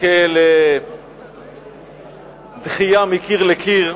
יזכה לדחייה מקיר לקיר,